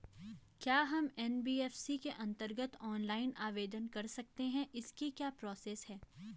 क्या हम एन.बी.एफ.सी के अन्तर्गत ऑनलाइन आवेदन कर सकते हैं इसकी क्या प्रोसेस है?